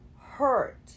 hurt